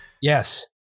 Yes